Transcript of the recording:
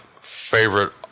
favorite